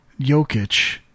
Jokic